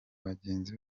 bagenzi